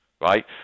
right